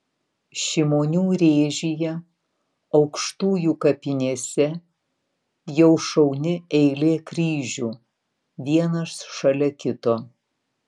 šimonių rėžyje aukštujų kapinėse jau šauni eilė kryžių vienas šalia kito